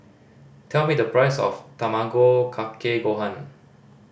tell me the price of Tamago Kake Gohan